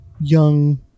Young